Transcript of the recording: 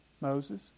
Moses